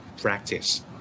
practice